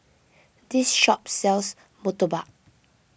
this shop sells Murtabak